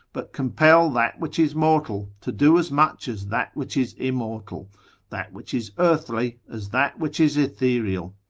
but compel that which is mortal to do as much as that which is immortal that which is earthly, as that which is ethereal.